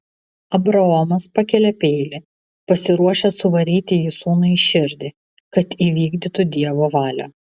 abraomas pakelia peilį pasiruošęs suvaryti jį sūnui į širdį kad įvykdytų dievo valią